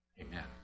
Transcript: amen